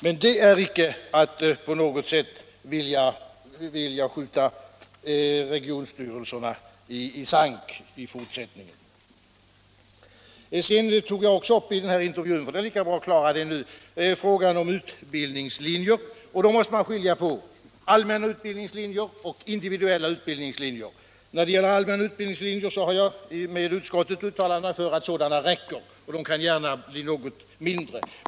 Men det är icke att på något sätt vilja skjuta regionstyrelserna i sank! I intervjun tog jag också upp —- det är lika bra att klara av det nu —- frågan om utbildningslinjerna. Man måste då skilja mellan allmänna utbildningslinjer och individuella utbildningslinjer. När det gäller allmänna utbildningslinjer har jag med utskottet uttalat att antalet räcker. De kan gärna bli något färre.